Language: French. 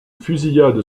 fusillade